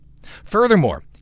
Furthermore